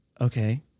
okay